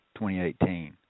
2018